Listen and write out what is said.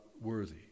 worthy